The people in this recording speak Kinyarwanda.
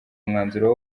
umwanzuro